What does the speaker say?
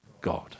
God